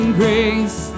grace